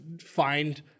find